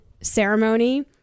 ceremony